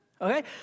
Okay